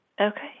Okay